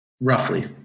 roughly